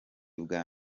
bwa